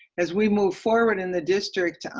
as we move forward in the district,